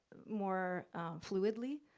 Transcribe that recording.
more fluidly.